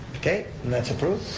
okay, and that's approved.